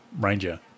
Ranger